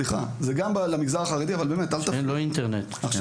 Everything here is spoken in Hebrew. סליחה, זה גם למגזר החרדי, אבל באמת אל תפריע לי.